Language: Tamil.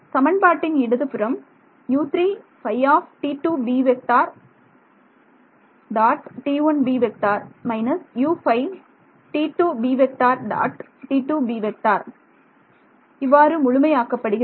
சமன்பாட்டின் இடதுபுறம் இவ்வாறு முழுமை ஆக்கப்படுகிறது